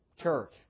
church